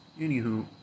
anywho